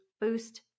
boost